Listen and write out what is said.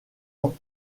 ans